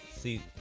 See